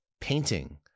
painting